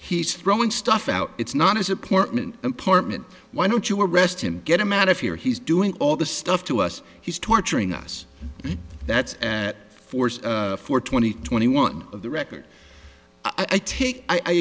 he's throwing stuff out it's not as important important why don't you arrest him get him out of here he's doing all this stuff to us he's torturing us that's force for twenty twenty one of the record i